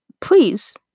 please